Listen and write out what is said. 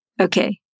Okay